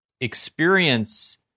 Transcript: experience